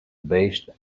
based